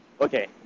okay